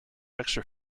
extra